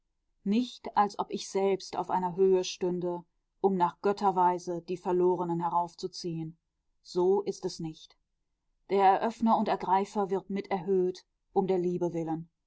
nicht als ob ich selbst auf einer höhe stünde um nach götterweise die verlorenen heraufzuziehen so ist es nicht der eröffner und ergreifer wird miterhöht um der liebe willen